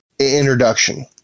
Introduction